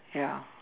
ya